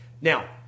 Now